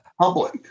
public